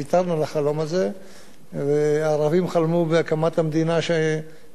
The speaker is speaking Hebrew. והערבים חלמו בהקמת המדינה שאפשר לבעוט את היהודים החוצה מפה.